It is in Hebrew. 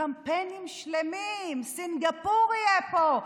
קמפיינים שלמים: סינגפור יהיה פה.